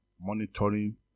monitoring